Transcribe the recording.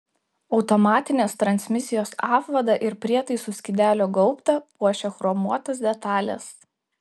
automatinės transmisijos apvadą ir prietaisų skydelio gaubtą puošia chromuotos detalės